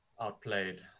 outplayed